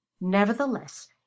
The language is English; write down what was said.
nevertheless